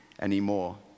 anymore